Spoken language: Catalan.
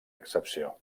excepció